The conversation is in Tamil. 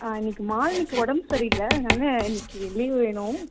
ஆ இன்னக்கு மாலினிக்கு உடம்பு சரியில்லை அதனால இன்னக்கு லீவ் வேணும்